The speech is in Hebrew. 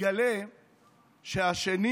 מתגלה שהשני